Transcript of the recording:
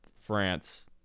France